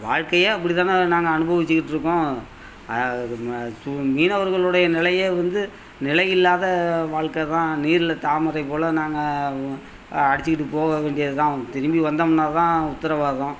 வாழ்க்கையே அப்டி தான நாங்கள் அனுபவிச்சுக்கிட்டு இருக்கோம் மீனவர்களுடைய நிலையே வந்து நிலை இல்லாத வாழ்க்கை தான் நீரில் தாமரை போல் நாங்கள் அடிச்சிக்கிட்டு போக வேண்டியது தான் அவங் திரும்பி வந்தம்ன்னா தான் உத்தரவாதம்